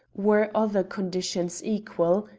were other conditions equal,